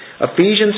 Ephesians